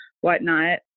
whatnot